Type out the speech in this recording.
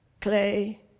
clay